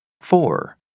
Four